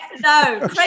No